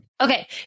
Okay